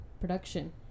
production